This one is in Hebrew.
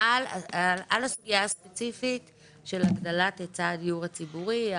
הסוגיה הספציפית של הגדלת היצע הדיור הציבורי.